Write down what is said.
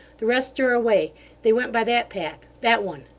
the rest are away they went by that path that one.